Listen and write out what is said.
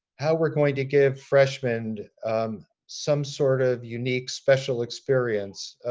how we're going to give freshmen some sort of unique special experience,